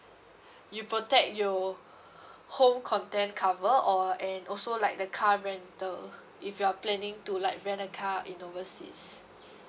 you protect your home content cover or and also like the car rental if you're planning to like rent a car in overseas